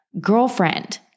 girlfriend